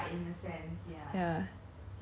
it's quite hard also ah because 你